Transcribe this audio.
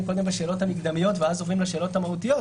קודם בשאלות המקדמיות ואז עוברים לשאלות המהותיות.